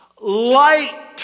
Light